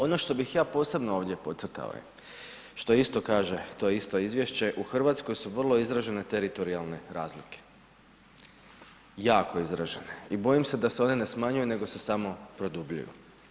Ono što bih ja posebno ovdje podcrtao što isto kaže to isto Izvješće: „U Hrvatskoj su vrlo izražene teritorijalne razlike.“ Jako izražene i bojim se da se one ne smanjuju, nego se samo produbljuju.